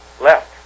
left